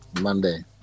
Monday